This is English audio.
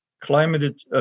climate